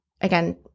again